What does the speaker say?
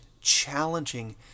challenging